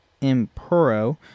impero